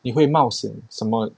你会冒险什么